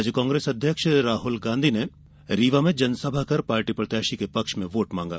आज कांग्रेस अध्यक्ष राहल गांधी ने रीवा में जनसभा कर पार्टी प्रत्याशी के पक्ष में वोट मांगा